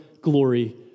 glory